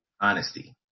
honesty